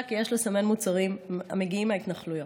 הקובעת כי יש לסמן מוצרים המגיעים מההתנחלויות.